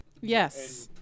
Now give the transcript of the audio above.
yes